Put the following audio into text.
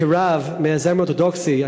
כרב מהזרם האורתודוקסי,